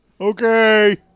Okay